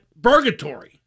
Burgatory